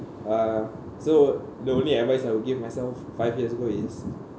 uh so the only advice I would give myself five years ago is